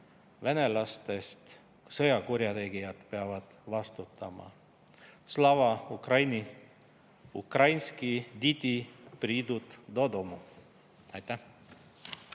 Venelastest sõjakurjategijad peavad vastutama. Slava Ukraini! Ukrainski diti pridut dodomu! Aitäh!